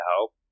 help